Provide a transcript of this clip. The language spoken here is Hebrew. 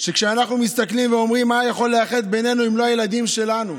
שאנחנו מסתכלים ואומרים: מה יכול לאחד בינינו אם לא הילדים שלנו?